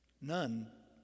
None